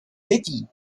dětí